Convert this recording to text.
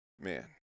man